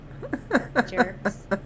Jerks